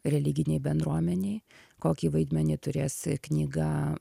religinei bendruomenei kokį vaidmenį turės knyga